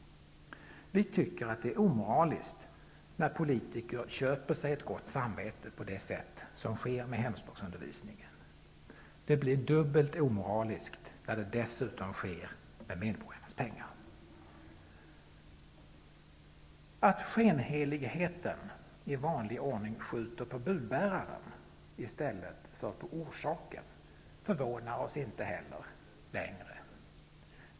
Vi tycker att det är omoraliskt när politiker köper sig ett gott samvete på det sätt som sker med hemspråksundervisningen. Det blir dubbelt omoraliskt när det dessutom sker med medborgarnas pengar. Att skenheligheten i vanlig ordning skjuter på budbäraren i stället för på orsaken förvånar oss inte heller -- längre.